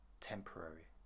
temporary